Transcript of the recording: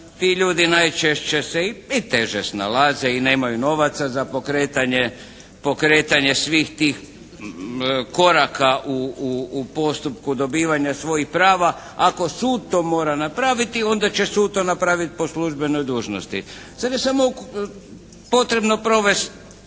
Ti ljudi najčešće se i teže snalaze i nemaju novaca za pokretanje svih tih koraka u postupku dobivanja svojih prava. Ako sud to mora napraviti onda će sud to napraviti po službenoj dužnosti. Sada je samo potrebno provesti